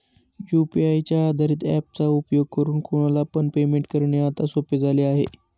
UPI च्या आधारित app चा उपयोग करून कोणाला पण पेमेंट करणे आता सोपे झाले आहे